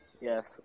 yes